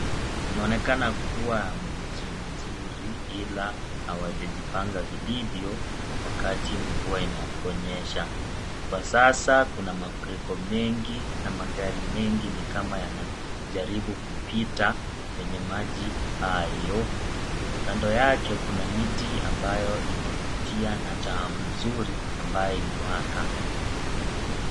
Inaonekana kuwa mji mzuri ila hawajajipanga vilivyo, wakati mvua inaponyesha. Kwa sasa kuna mafuriko mengi na magari mengi ni kama yanajaribu kupita, kwenye maji hayo. Kando yake kuna miti ambayo inavutia na taa mzuri ambaye imewaka.